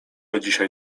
dzisiaj